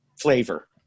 flavor